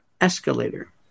escalator